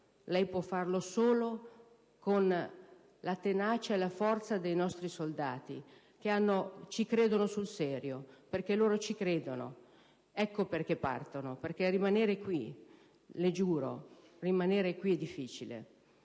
che può fare solo con la tenacia e la forza dei nostri soldati che ci credono sul serio. Perché loro ci credono. Ecco perché partono: perché rimanere qui - le giuro - è difficile.